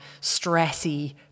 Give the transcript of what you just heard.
stressy